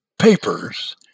papers